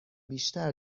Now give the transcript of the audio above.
بیشتر